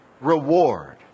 reward